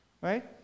Right